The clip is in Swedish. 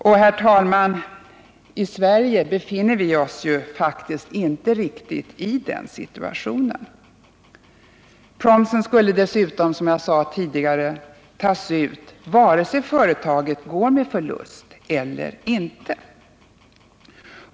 Men, herr talman, i Sverige befinner vi oss faktiskt inte riktigt i den situationen. Promsen skulle dessutom, som jag sade tidigare, tas ut oavsett om företaget går med förlust eller inte.